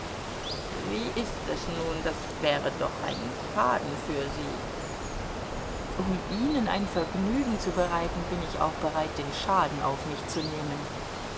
wie ist es nun das wäre doch ein schaden für sie um ihnen ein vergnügen zu bereiten bin ich auch bereit den schaden auf mich zu nehmen